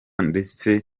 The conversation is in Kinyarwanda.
ndetse